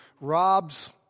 robs